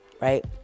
right